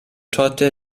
torte